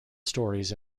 stories